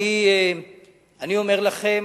אני אומר לכם,